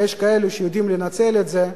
ויש כאלה שיודעים לנצל את זה.